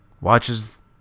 Watches